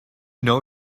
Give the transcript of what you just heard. know